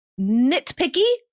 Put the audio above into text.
nitpicky